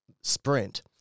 sprint